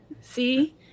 See